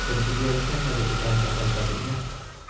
concilió el sueño de que tanta falta tenía